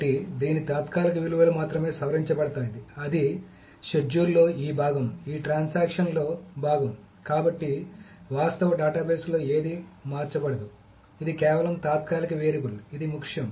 కాబట్టి దీని తాత్కాలిక విలువలు మాత్రమే సవరించబడతాయి అది షెడ్యూల్లో ఈ భాగం ఈ ట్రాన్సాక్షన్ లో భాగం కాబట్టి వాస్తవ డేటాబేస్లో ఏదీ మార్చబడదు ఇది కేవలం తాత్కాలిక వేరియబుల్ ఇది ముఖ్యం